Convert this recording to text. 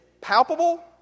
palpable